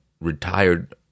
retired